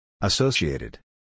Associated